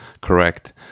correct